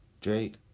Drake